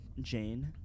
Jane